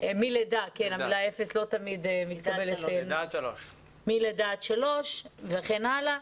מלידה עד שלוש, וכן הלאה.